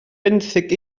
benthyg